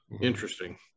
Interesting